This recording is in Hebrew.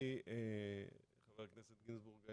חבר הכנסת גינזבורג,